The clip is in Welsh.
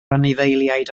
anifeiliaid